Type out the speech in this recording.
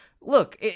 look